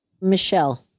Michelle